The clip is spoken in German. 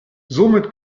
somit